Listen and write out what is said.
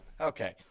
okay